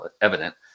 evident